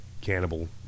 cannibal